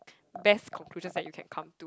best conclusions that you can come